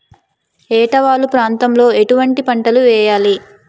ఏటా వాలు ప్రాంతం లో ఎటువంటి పంటలు వేయాలి?